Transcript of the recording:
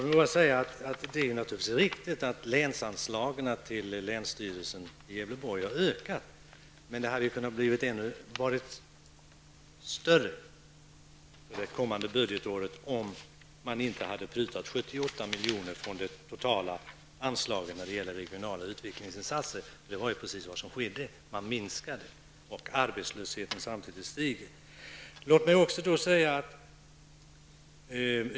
Det är naturligtvis riktigt att länsanslagen till länsstyrelsen i Gävleborgs län har ökat, men de hade kunnat vara större för det kommande budgetåret om man inte hade prutat 78 miljoner från det totala anslaget när det gäller regionala utvecklingsinsatser. Detta var alltså vad som skedde, dvs. att man minskade anslagen. Samtidigt stiger arbetslösheten.